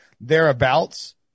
thereabouts